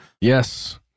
Yes